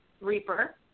Reaper